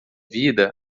vida